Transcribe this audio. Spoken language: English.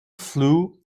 flew